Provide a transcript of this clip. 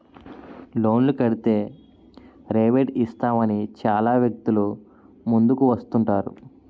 లోన్లు కడితే రేబేట్ ఇస్తామని చాలా వ్యక్తులు ముందుకు వస్తుంటారు